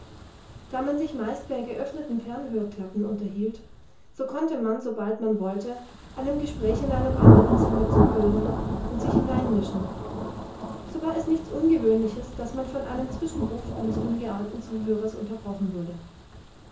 da man sich meist bei geöffneten fernhörklappen unterhielt so konnte man sobald man wollte einem gespräch in einem andern zimmer zuhören und sich hineinmischen so war es nichts ungewöhnliches daß man von einem zwischenruf eines ungeahnten zuhörers unterbrochen wurde